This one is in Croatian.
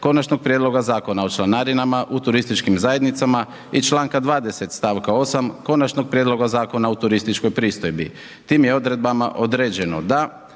Konačnog prijedloga zakona o članarinama u turističkim zajednicama i članka 20. stavka 8. Konačnog prijedloga Zakona o turističkoj pristojbi. Tim je odredbama određeno da